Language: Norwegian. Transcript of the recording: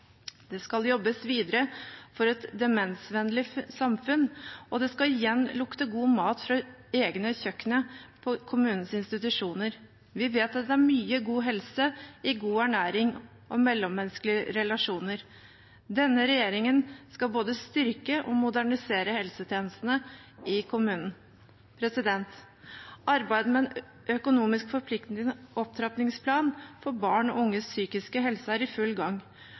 Det skal jobbes videre for et demensvennlig samfunn, og det skal igjen lukte god mat fra egne kjøkkener på kommunenes institusjoner. Vi vet at det er mye god helse i god ernæring og mellommenneskelige relasjoner. Denne regjeringen skal både styrke og modernisere helsetjenestene i kommunene. Arbeidet med en økonomisk forpliktende opptrappingsplan for barn og unges psykiske helse er i full gang.